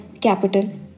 capital